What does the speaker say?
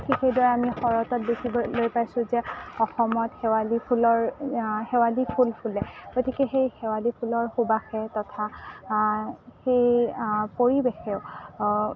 ঠিক সেইদৰে শৰতত দেখিবলৈ পাইছোঁ যে অসমত শেৱালি ফুলৰ শেৱালি ফুল ফুলে গতিকে সেই শেৱালি ফুলৰ সুবাসে তথা সেই পৰিৱেশেও